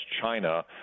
China